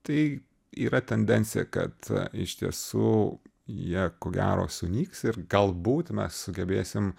tai yra tendencija kad a iš tiesų jie ko gero sunyks ir galbūt mes sugebėsim